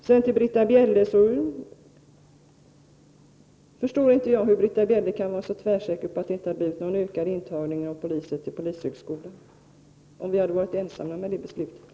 Sedan till Britta Bjelle: Jag förstår inte att Britta Bjelle kan vara så tvärsäker på att det inte skulle ha blivit någon ökning av intagningen av aspiranter till polishögskolan, om socialdemokraterna hade agerat ensamma.